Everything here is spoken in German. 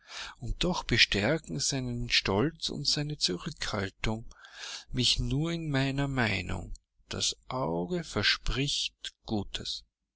und doch bestärken sein stolz und seine zurückhaltung mich nur in meiner meinung das auge verspricht gutes